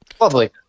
Lovely